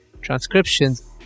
transcriptions